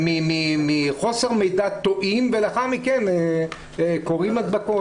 חוסר מידע טועים ולאחר מכן קורות הדבקות.